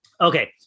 Okay